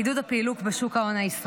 עידוד הפעילות בשוק ההון הישראלי.